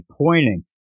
pointing